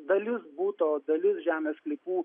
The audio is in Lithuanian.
dalis buto dalis žemės sklypų